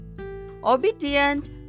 obedient